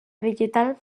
vegetal